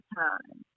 time